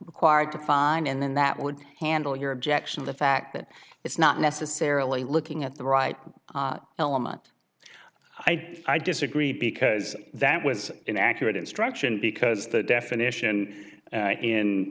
required to find and then that would handle your objection the fact that it's not necessarily looking at the right element i think i disagree because that was inaccurate instruction because the definition